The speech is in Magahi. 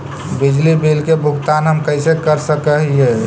बिजली बिल के भुगतान हम कैसे कर सक हिय?